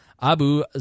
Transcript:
Abu